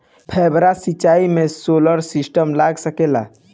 फौबारा सिचाई मै सोलर सिस्टम लाग सकेला?